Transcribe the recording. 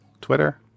Twitter